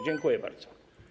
Dziękuję bardzo.